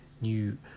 new